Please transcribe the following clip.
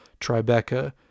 Tribeca